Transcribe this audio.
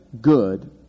good